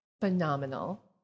Phenomenal